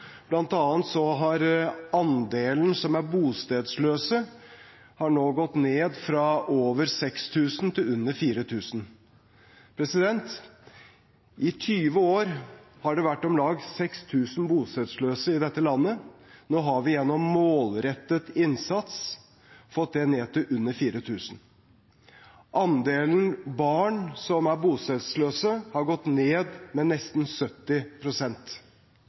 har andelen som er bostedsløse, gått ned fra over 6 000 til under 4 000. I 20 år har det vært om lag 6 000 bostedsløse i dette landet. Nå har vi gjennom målrettet innsats fått det ned til under 4 000. Andelen barn som er bostedsløse, har gått ned med nesten